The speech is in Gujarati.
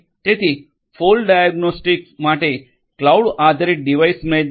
તેથી ફોલ્ટ ડાયગ્નોસ્ટિક્સ માટે ક્લાઉડ આધારિત ડિવાઇસ મેનેજમેન્ટ